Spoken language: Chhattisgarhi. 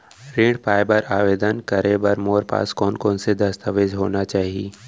ऋण पाय बर आवेदन करे बर मोर पास कोन कोन से दस्तावेज होना चाही?